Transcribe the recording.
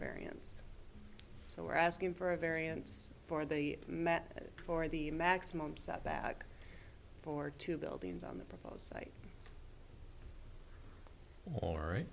variance so we're asking for a variance for the met for the maximum setback for two buildings on the proposed site